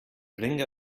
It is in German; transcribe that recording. bringe